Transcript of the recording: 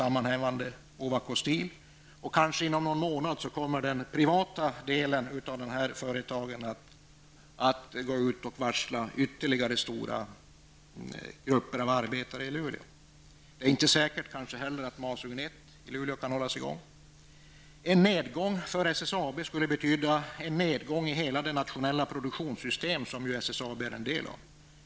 Kanske redan om någon månad kommer den privata delen av dessa företag att gå ut och varsla ytterligare stora grupper av arbetare i Luleå. Det är inte heller säkert att masugn 1 i Luleå kan hållas i gång. En nedgång för SSAB skulle betyda en nedgång i hela det nationella produktionssystemet, där ju SSAB är en del.